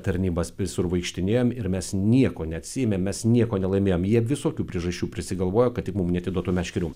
tarnybas visur vaikštinėjom ir mes nieko neatsiėmėm mes nieko nelaimėjom jie visokių priežasčių prisigalvoja kad tik mum neatiduotų meškerių